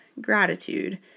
gratitude